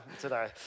today